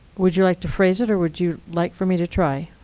would you like to phrase it? or would you like for me to try?